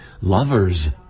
lovers